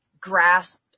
grasp